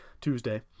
Tuesday